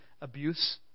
abuse